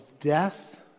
death